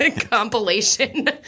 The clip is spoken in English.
compilation